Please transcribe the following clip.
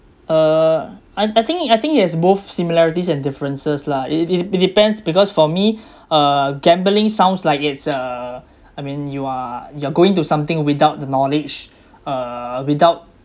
uh I I think I think it has both similarities and differences lah it it it depends because for me uh gambling sounds like it's uh I mean you are you are going to something without the knowledge uh without